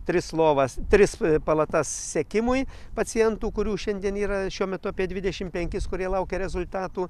tris lovas tris palatas sekimui pacientų kurių šiandien yra šiuo metu apie dvidešimt penkis kurie laukia rezultatų